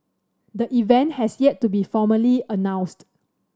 the event has yet to be formally announced